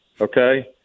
okay